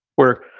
we're